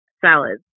salads